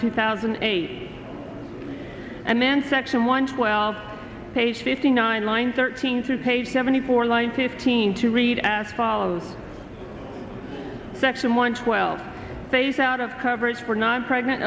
two thousand and eight and then section one twelve page fifty nine lines or thirteen through page seventy four line fifteen to read as follows section one twelve phase out of coverage were not pregnant